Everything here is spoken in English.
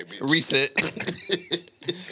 Reset